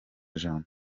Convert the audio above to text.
jambo